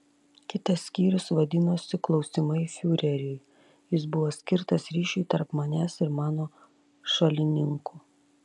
kitas skyrius vadinosi klausimai fiureriui jis buvo skirtas ryšiui tarp manęs ir mano šalininkų